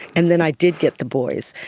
and then i did get the boys,